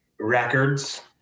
Records